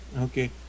Okay